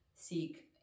seek